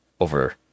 over